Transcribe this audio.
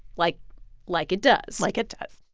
like like it does like it does.